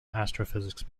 astrophysics